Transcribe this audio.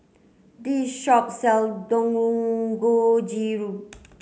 this shop sell Dangojiru